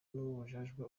n’ubujajwa